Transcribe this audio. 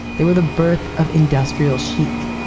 they were the birth of industrial chic.